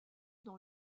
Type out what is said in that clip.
dans